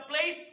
place